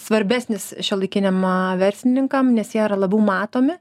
svarbesnis šiuolaikiniam ma verslininkam nes jie yra labiau matomi